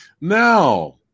Now